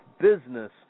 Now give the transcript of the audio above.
business